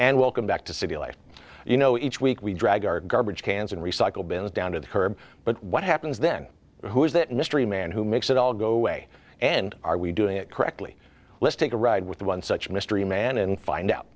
and welcome back to city life you know each week we drag our garbage cans and recycle bins down to the curb but what happens then who is that mystery man who makes it all go away and are we doing it correctly let's take a ride with one such mystery man and find out